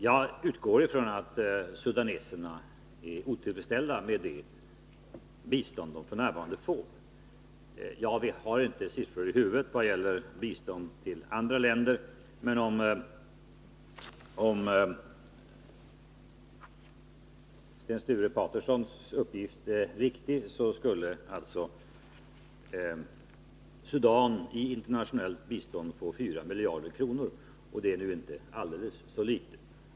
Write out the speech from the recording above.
Jag utgår från att sudaneserna är otillfredsställda med det bistånd de f. n. får. Jag har inte siffror för biståndet till andra länder i huvudet, men om Sten Sture Patersons uppgift är riktig, skulle alltså Sudan i internationellt bistånd få 4 miljarder kronor — och det är inte så litet.